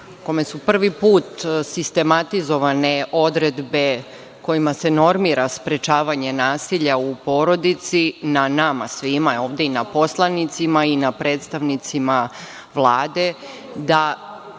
kome su prvi put sistematizovane odredbe kojima se normira sprečavanje nasilja u porodici, na nama svima je ovde i na poslanicima i na predstavnicima Vlade da